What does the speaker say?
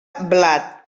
blat